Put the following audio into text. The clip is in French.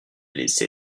laissé